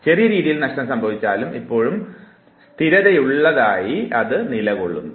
ചെറിയ രീതിയിൽ നഷ്ടം സംഭവിച്ചാലും ഇപ്പോളും സ്ഥിരതയുല്ലതായി അത് നിലകൊള്ളുന്നു